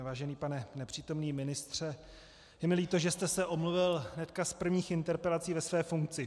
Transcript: Vážený pane nepřítomný ministře, je mi líto, že jste se omluvil hned z prvních interpelací ve své funkci.